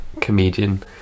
comedian